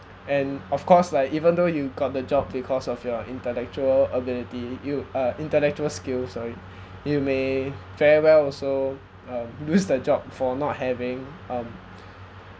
and of course like even though you got the job because of your intellectual ability you uh intellectual skills sorry you may very well also um lose the job for not having um